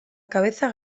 cabeza